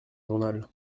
journal